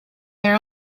their